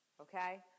okay